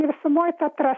ir visumoje teatras